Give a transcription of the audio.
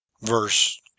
Verse